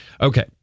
Okay